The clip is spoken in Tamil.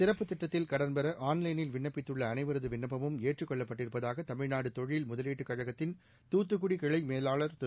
சிறப்பு திட்டத்தில் கடன்பெற ஆன்லைளில் விண்ணப்பித்துள்ள அனைவரது விண்ணப்பமும் ஏற்றுக்கொள்ளப்பட்டிருப்பதாக தமிழ்நாடு தொழில் முதலீட்டு கழகத்தின் துத்துக்குடி கிளை மேலாளா் திரு